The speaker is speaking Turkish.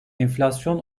enflasyon